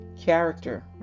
character